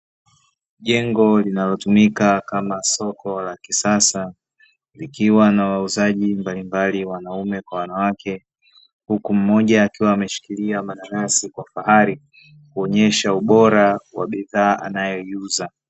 Jengo linalotumika kama soko la kisasa likiwa na wauzaji mbalimbali wanaume kwa wanawake, huku mmoja akiwa ameshikilia mananasi kwa fahari kuonyesha ubora wa bidhaa anayoiuza.